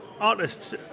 artists